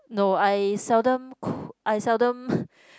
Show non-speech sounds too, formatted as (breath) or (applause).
no I seldom cook I seldom (breath)